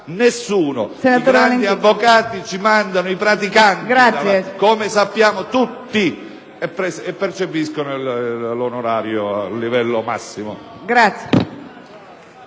Nessuno: i grandi avvocati ci mandano i praticanti, come sappiamo tutti, e poi percepiscono l'onorario al massimo livello.